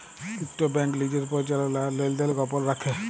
ইকট ব্যাংক লিজের পরিচাললা আর লেলদেল গপল রাইখে